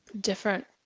different